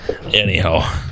Anyhow